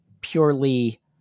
purely